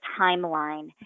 timeline